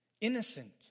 Innocent